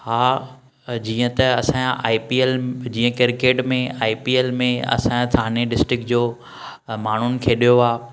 हा जीअं त असां जा आई पी ऐल जीअं क्रिकेट में आई पी ऐल में असां जो थाने डिस्टिक जो माण्हुनि खेॾियो आहे